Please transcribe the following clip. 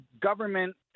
government